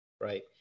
Right